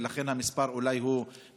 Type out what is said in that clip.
ולכן המספר הוא אולי מאות.